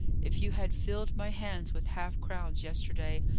if you had filled my hands with half-crowns yesterday,